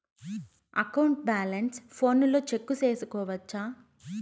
account balance ఫోనులో check సేసుకోవచ్చా